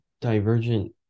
Divergent